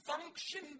function